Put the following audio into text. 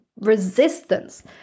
resistance